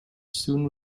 soon